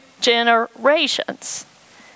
generations